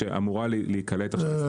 שאמורה להיקלט -- טוב